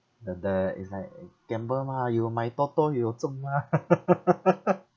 the the is like uh gamble mah you mai toto you zhong mah